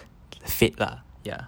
fate lah ya